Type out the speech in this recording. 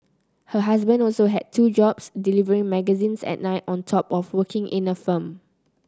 her husband also had two jobs delivering magazines at night on top of working in a firm